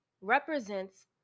represents